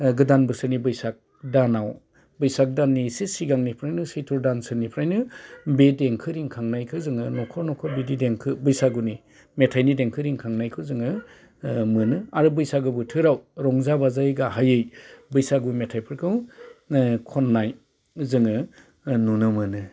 गोदान बोथोरनि बैसाग दानाव बैसाग दाननि एसे सिगांनिफ्रायनो सैत्र' दानसोनिफ्रायनो बे देंखो रिंखांनाययखौ जोङो न'खर न'खर बिदि देंखो बैसागुनि मेथाइनि देंखो रिंखांनायखौ जोङो मोनो आरो बैसागो बथोराव रंजा बाजायै गाहाइयै बैसागु मेथाइफोरखौ खननाय जोङो नुनो मोनो